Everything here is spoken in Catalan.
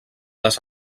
les